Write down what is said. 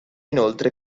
inoltre